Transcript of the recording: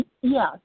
Yes